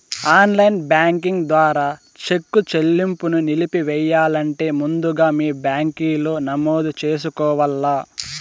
online banking ద్వారా cheque సెల్లింపుని నిలిపెయ్యాలంటే ముందుగా మీ బ్యాంకిలో నమోదు చేసుకోవల్ల